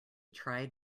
tried